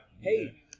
Hey